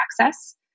access